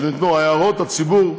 הערות הציבור,